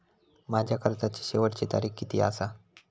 माझ्या कर्जाची शेवटची तारीख किती आसा?